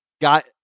got